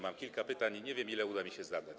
Mam kilka pytań i nie wiem, ile uda mi się zadać.